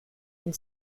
and